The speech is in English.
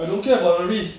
I don't care about the risk